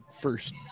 first